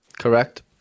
Correct